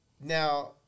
Now